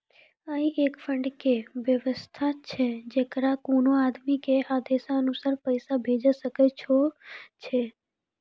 ई एक फंड के वयवस्था छै जैकरा कोनो आदमी के आदेशानुसार पैसा भेजै सकै छौ छै?